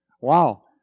Wow